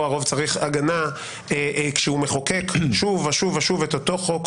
הרוב צריך הגנה כשהוא מחוקק שוב ושוב את אותו חוק,